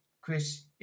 Chris